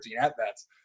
at-bats